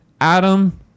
Adam